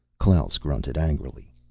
klaus grunted angrily.